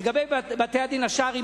לגבי בתי-הדין השרעיים,